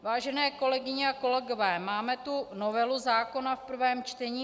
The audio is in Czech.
Vážené kolegyně a kolegové, máme tu novelu zákona v prvém čtení.